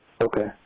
Okay